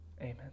Amen